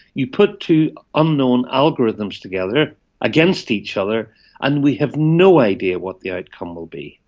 you put two unknown algorithms together against each other and we have no idea what the outcome will be,